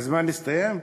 הזמן הסתיים?